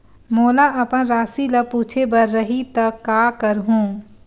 मोला अपन राशि ल पूछे बर रही त का करहूं?